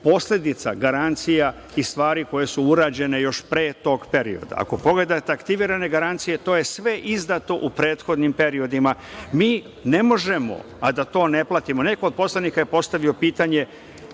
posledica garancija i stvari koje su urađene još pre tog perioda. Ako pogledate aktivirane garancije, to je sve izdato u prethodnim periodima. Mi ne možemo a da to ne platimo. Neko od poslanika je postavio pitanje